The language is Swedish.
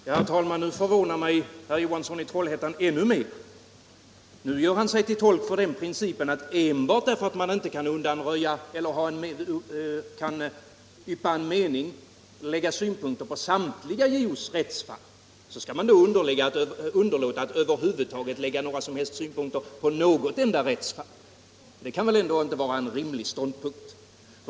Herr talman! Nu förvånar mig herr Johansson i Trollhättan ännu mer. Nu gör han sig till tolk för den principen att enbart därför att man inte kan lägga synpunkter på samtliga JO:s rättsfall, så skall man underlåta att framföra synpunkter på något enda rättsfall. Detta kan väl ändå inte vara en rimlig ståndpunkt.